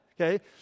okay